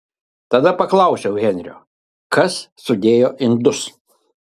tada paklausiau henrio kas sudėjo indus